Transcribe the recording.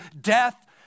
death